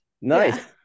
Nice